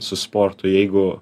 su sportu jeigu